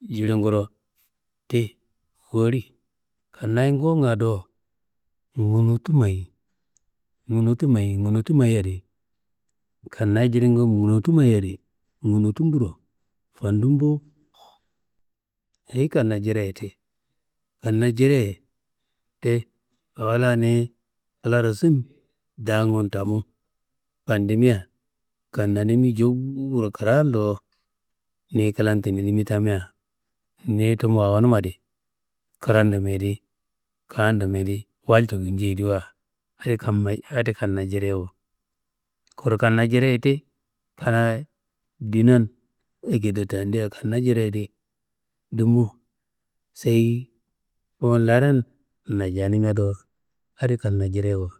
jilinguro ti woli. Kannaye ngufunga do, ngunuwutu mayi, ngunuwutu mayi adi kanna jilingu ngunutu mayi adi ngunuwumburo fandum bo. Ayi kanna jireye ti? Kanna jireye ti awo niyi klaro sun dangum tamu fandimia kannanimi jewuro kram do niyi klan tinenimi tamia, niyi tumu awonuma adi krandumbedi kandumbedi walcu kinjuwodiwa adi kanaa jireyewo. Kuru kanaa jireye ti kanaa ndinan akedo tendia, kanna jireye di dumu seyi tumu laren najanimea do adi kanna jireyewo.